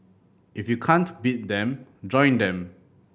if you can't beat them join them